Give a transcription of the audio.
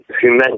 human